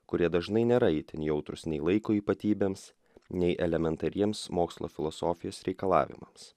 kurie dažnai nėra itin jautrūs nei laiko ypatybėms nei elementariems mokslo filosofijos reikalavimams